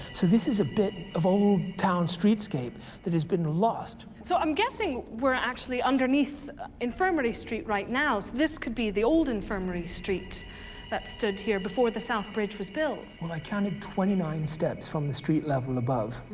so this is a bit of old town streetscape that has been lost. jane so i'm guessing we're actually underneath infirmary street right now. so this could be the old infirmary street that stood here before the south bridge was built. well, i counted twenty nine steps from the street level above,